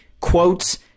quotes